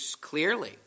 clearly